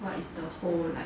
what is the whole like